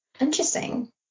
Interesting